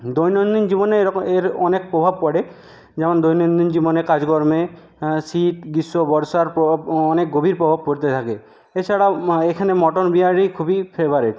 দৈনন্দিন জীবনে এরকম এর অনেক প্রভাব পড়ে যেমন দৈনন্দিন জীবনে কাজকর্মে শীত গ্রীষ্ম বর্ষার প্রভাব অনেক গভীর প্রভাব পড়তে থাকে এছাড়াও এখানে মটন বিরিয়ানি খুবই ফেভারেট